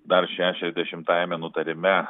dar šešiasdešimtajame nutarime